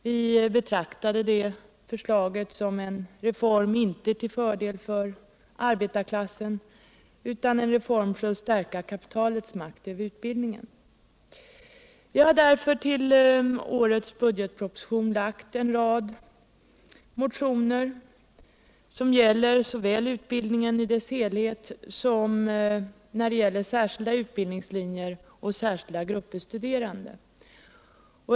Vi betraktar det förslaget inte som en reform till fördel för arbetarklassen utan som en reform för att stärka kapitalets makt över utbildningen. Därför har vi i anslutning till årets budgetproposition väckt en rad motioner, som gäller såväl utbildningen i dess helhet som särskilda utbildningslinjer och särskilda grupper studerande.